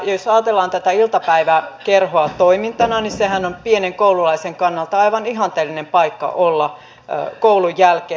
jos ajatellaan tätä iltapäiväkerhoa toimintana niin sehän on pienen koululaisen kannalta aivan ihanteellinen paikka olla koulun jälkeen